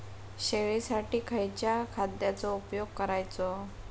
शेळीसाठी खयच्या खाद्यांचो उपयोग करायचो?